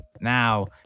now